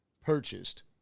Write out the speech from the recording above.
purchased